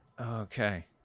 Okay